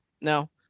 No